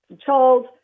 Charles